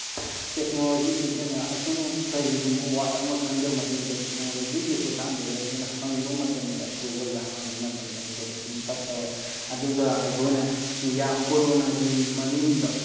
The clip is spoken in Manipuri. ꯇꯦꯛꯅꯣꯂꯣꯖꯤ ꯑꯩꯈꯣꯏꯅ ꯀꯔꯤꯒꯨꯝꯕ ꯋꯥꯔꯠ ꯑꯃ ꯈꯪꯗꯕ ꯃꯇꯝꯗ ꯇꯣꯛꯅꯣꯂꯣꯖꯤꯒꯤ ꯈꯨꯊꯥꯡꯗꯒꯤ ꯑꯩꯈꯣꯏꯅ ꯍꯪꯕ ꯃꯇꯝꯗ ꯒꯨꯒꯜꯗ ꯍꯪꯕ ꯃꯇꯝꯗ ꯑꯩꯈꯣꯏꯗ ꯑꯗꯨꯝ ꯐꯠ ꯇꯧꯋꯦ ꯑꯗꯨꯒ ꯑꯩꯈꯣꯏꯅ ꯀꯣꯔꯣꯅꯥꯒꯤ ꯃꯅꯨꯡꯗ